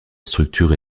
structure